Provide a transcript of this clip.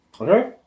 Okay